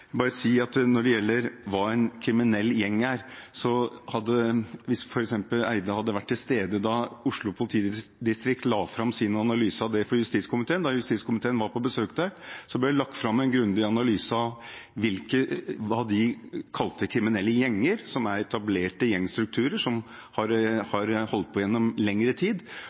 bare si at når det gjelder hva en kriminell gjeng er, hadde Eide kunnet høre det hvis han hadde vært til stede da Oslo politidistrikt la fram sin analyse av det for justiskomiteen. Da justiskomiteen var på besøk der, ble det lagt fram en grundig analyse av hva de kalte kriminelle gjenger – som er etablerte gjengstrukturer, som har holdt på gjennom lengre tid